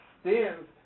stands